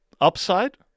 upside